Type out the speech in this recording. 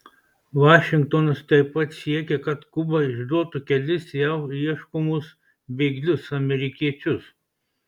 vašingtonas taip pat siekia kad kuba išduotų kelis jav ieškomus bėglius amerikiečius